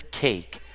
cake